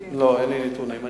לא, אין לי נתונים.